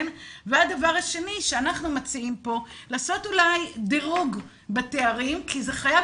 והדבר השני שאנחנו מציעים פה זה לעשות דירוג בתארים כי זה חייב